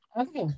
Okay